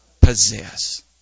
possess